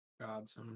Gods